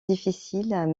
difficile